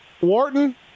Wharton